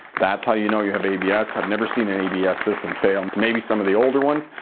that's how you know you have abs. i've never seen an abs system fail. maybe some of the older ones,